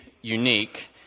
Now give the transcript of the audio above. unique